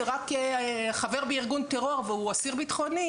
"רק חבר בארגון טרור והוא אסיר בטחוני,